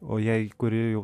o jei kūri jau